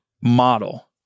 model